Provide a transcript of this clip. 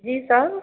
جی سر